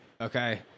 okay